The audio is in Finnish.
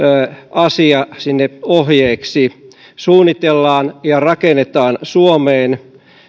asia sinne ohjeeksi suunnitellaan ja rakennetaan suomeen